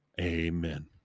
Amen